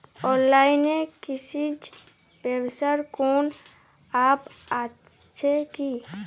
অনলাইনে কৃষিজ ব্যবসার কোন আ্যপ আছে কি?